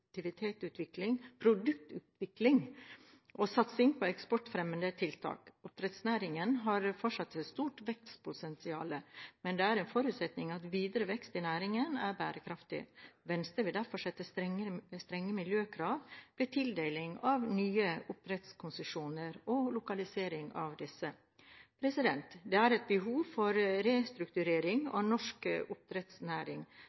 nyskaping, produktutvikling og satsing på eksportfremmende tiltak. Oppdrettsnæringen har fortsatt et stort vekstpotensial, men det er en forutsetning at videre vekst i næringen er bærekraftig. Venstre vil derfor sette strenge miljøkrav ved tildeling og lokalisering av nye oppdrettskonsesjoner. Det er behov for en restrukturering